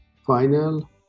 Final